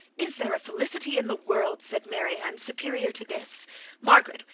is there a felicity in the world, said marianne, superior to this margaret,